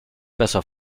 besser